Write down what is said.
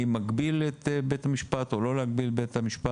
האם להגביל את בית המשפט או לא להגביל את בית המשפט